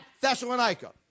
Thessalonica